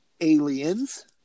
aliens